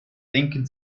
denken